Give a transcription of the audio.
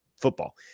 football